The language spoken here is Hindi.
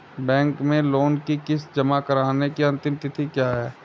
बैंक में लोंन की किश्त जमा कराने की अंतिम तिथि क्या है?